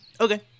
Okay